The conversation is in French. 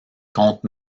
contre